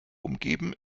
umgeben